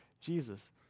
Jesus